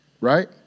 right